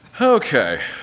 Okay